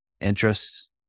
interests